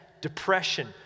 depression